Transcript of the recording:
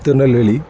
Tirunelveli